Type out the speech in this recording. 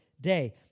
day